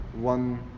one